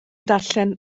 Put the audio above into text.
darllen